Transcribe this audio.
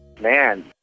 man